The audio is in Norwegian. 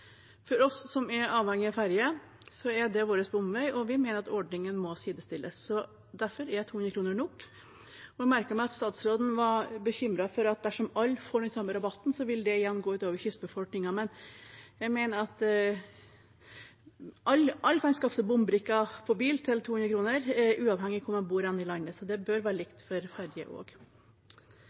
For oss som er avhengige av ferje, er det vår «bomvei», og vi mener at ordningene må sidestilles. Derfor er 200 kr nok. Jeg merket meg at statsråden var bekymret for at dersom alle skulle få den samme rabatten, ville det igjen gå ut over kystbefolkningen, men jeg mener at når alle kan skaffe seg bombrikker for bil til 200 kr, uavhengig av hvor man bor hen i landet, bør det være likt for